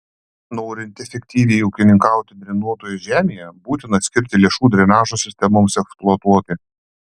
norint efektyviai ūkininkauti drenuotoje žemėje būtina skirti lėšų drenažo sistemoms eksploatuoti